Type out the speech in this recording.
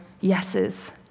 yeses